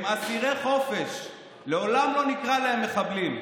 הם אסירי חופש, לעולם לא נקרא להם מחבלים.